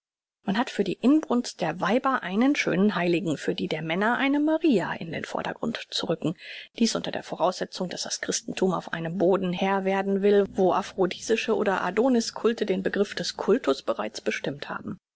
man hat für die inbrunst der weiber einen schönen heiligen für die der männer eine maria in den vordergrund zu rücken dies unter der voraussetzung daß das christenthum auf einem boden herr werden will wo aphrodisische oder adonis culte den begriff des cultus bereits bestimmt haben